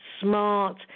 smart